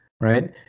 right